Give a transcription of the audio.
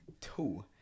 two